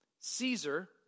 Caesar